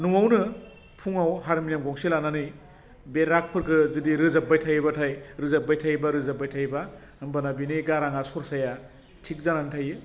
न'वावनो फुङाव हारमुनियाम गंसे लानानै बे रागफोरखौ जुदि रोजाब्बाय थायोबाथाय रोजाब्बाय थायोबा रोजाब्बाय थायोबा होनबाना बिनि गाराङा सरसाया थिख जानानै थायो